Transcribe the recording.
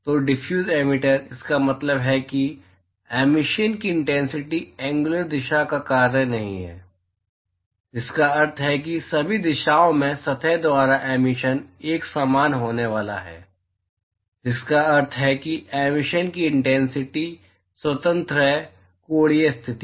तो diffuse emitter इसका मतलब है कि एमिशन की इंटेंसिटी एंग्युलर दिशा का कार्य नहीं है जिसका अर्थ है कि सभी दिशाओं में सतह द्वारा एमिशन एक समान होने वाला है जिसका अर्थ है कि एमिशन की इंटेंसिटी स्वतंत्र है कोणीय स्थिति